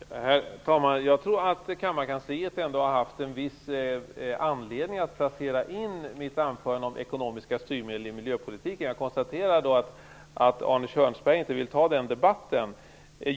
Herr talman! Jag tror att kammarkansliet ändå har haft en viss tanke bakom hur mitt anförande om ekonomiska styrmedel i miljöpolitiken har placerats in på talarlistan. Jag konstaterar att Arne Kjörnsberg inte vill ta den debatten.